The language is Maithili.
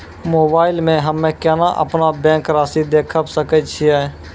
मोबाइल मे हम्मय केना अपनो बैंक रासि देखय सकय छियै?